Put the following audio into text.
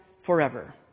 forever